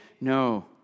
No